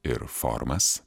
ir formas